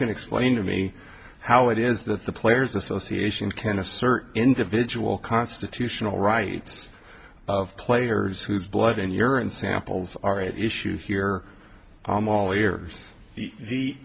can explain to me how it is that the players association can assert individual constitutional rights of players whose blood and urine samples are at issue here i'm all ears the